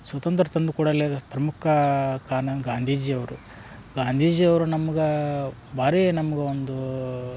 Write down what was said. ಸ್ವಾತಂತ್ರ್ಯ ತಂದು ಕೊಡೋಲ್ಲಿ ಅದು ಪ್ರಮುಖ ಕಾರ್ಣ ಅಂದ್ರ್ ಗಾಂಧೀಜಿಯವರು ಗಾಂಧೀಜಿಯವ್ರು ನಮಗೆ ಭಾರೀ ನಮ್ಗೆ ಒಂದು